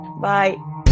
Bye